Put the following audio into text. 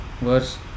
verse